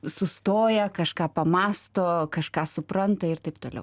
sustoja kažką pamąsto kažką supranta ir taip toliau